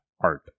art